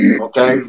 Okay